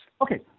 Okay